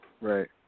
Right